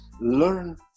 learn